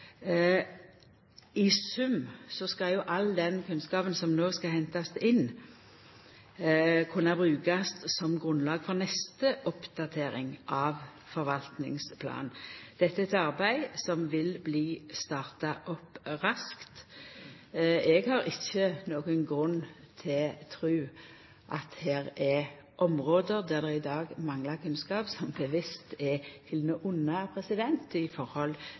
I sum skal all den kunnskapen som no skal hentast inn, kunna brukast som grunnlag for neste oppdatering av forvaltingsplanen. Dette er eit arbeid som vil bli starta opp raskt. Eg har ikkje nokon grunn til å tru at det er område der det i dag manglar kunnskap, som bevisst er haldne unna i